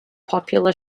popular